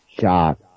shot